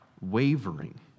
wavering